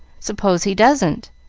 suppose he doesn't?